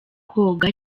koga